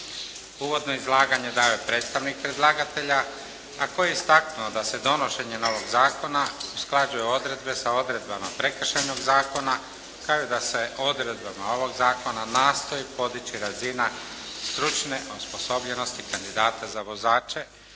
Uvodno izlaganje je dao predstavnik izlagatelja, a koji je istaknuo da se donošenjem novog zakona usklađuju odredbe sa odredbama Prekršajnog zakona kao i da se odredbama ovog zakona nastoji podići razina stručne osposobljenosti kandidata za vozače,